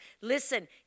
Listen